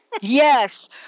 Yes